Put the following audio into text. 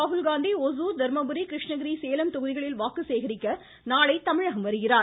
ராகுல்காந்தி ஓசூர் தர்மபுரி கிருஷ்ணகிரி சேலம் தொகுதிகளில் வாக்கு சேகரிக்க நாளை தமிழகம் வருகிறார்